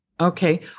Okay